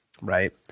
right